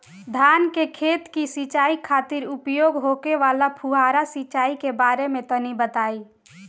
धान के खेत की सिंचाई खातिर उपयोग होखे वाला फुहारा सिंचाई के बारे में तनि बताई?